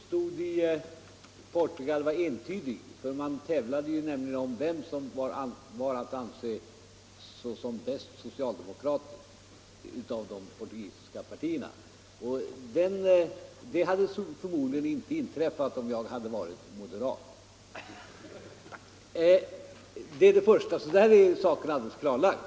Herr talman! Den konkurrens som uppstod i Portugal var entydig, ty man tävlade om vilket av de politiska partierna som var att anse som den bäste företrädaren för socialdemokratin. Det hade förmodligen inte inträffat om jag hade varit moderat. Därmed är den saken alldeles klarlagd.